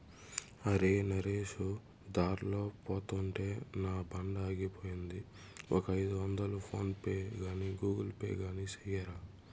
అరే, నరేసు దార్లో పోతుంటే నా బండాగిపోయింది, ఒక ఐదొందలు ఫోన్ పే గాని గూగుల్ పే గాని సెయ్యరా